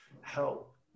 help